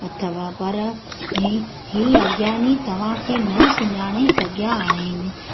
अथव पर ई ई अज्ञानी तव्हांखे न सुञाणे सघियां आहिनि